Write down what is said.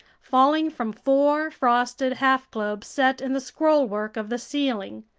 falling from four frosted half globes set in the scrollwork of the ceiling.